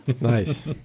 Nice